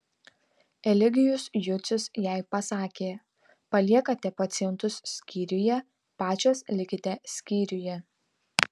eligijus jucius jai pasakė paliekate pacientus skyriuje pačios likite skyriuje